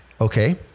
Okay